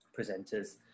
presenters